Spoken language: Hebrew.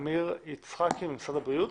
עמיר יצחקי, משרד הבריאות.